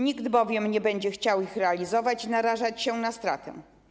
Nikt bowiem nie będzie chciał ich realizować i narażać się na stratę.